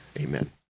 Amen